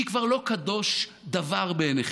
כי כבר לא קדוש דבר בעיניכם.